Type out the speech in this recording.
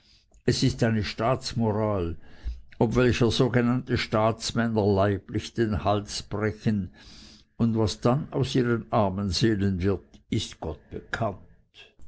es ist eine staatsmoral ob welcher sogenannte staatsmänner leiblich den hals brechen und was dann aus ihren armen seelen wird ist gott bekannt